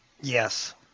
Yes